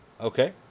Okay